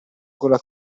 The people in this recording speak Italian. gola